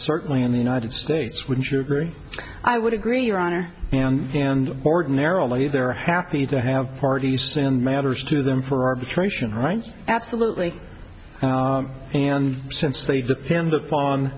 certainly in the united states would you agree i would agree your honor and and ordinarily they're happy to have parties say on matters to them for arbitration right absolutely and since they depend upon